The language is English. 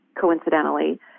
coincidentally